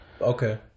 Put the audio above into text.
Okay